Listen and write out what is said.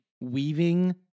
weaving